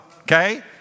okay